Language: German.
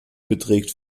beträgt